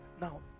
now